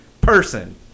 person